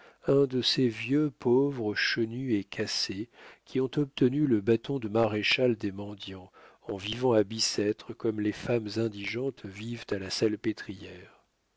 un de ces vieux pauvres chenus et cassés qui ont obtenu le bâton de maréchal des mendiants en vivant à bicêtre comme les femmes indigentes vivent à la salpêtrière